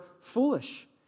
foolish